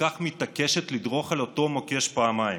כך מתעקשת לדרוך על אותו מוקש פעמיים.